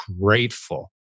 grateful